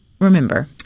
remember